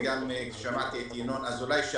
וגם שמעתי את ינון אזולאי.